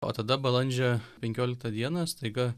o tada balandžio penkioliktą dieną staiga